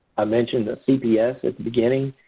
i mentioned the cps at the beginning.